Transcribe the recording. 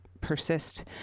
persist